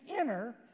inner